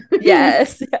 Yes